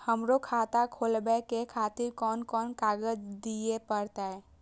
हमरो खाता खोलाबे के खातिर कोन कोन कागज दीये परतें?